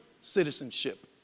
citizenship